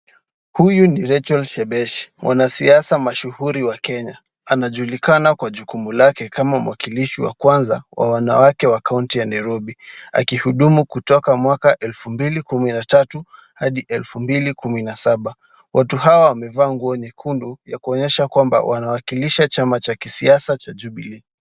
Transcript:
Huyu ni Rachel Shebesh, mwanasiasa mashuhuri wa Kenya, anajulikana kwa majukumu yake ya kama mwakilishi wa kwanza wa wanawake wa kaunti ya Nairobi, akihudumu kutoka mwaka elfu mbili kumi na tatu hadi elfu mbili kumi na saba, watu hawa wamevaa nguo nyekundu kuonyesha kwamba wanawakilisha chama cha kisiasa cha Jubilee.